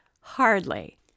Hardly